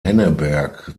henneberg